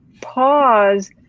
pause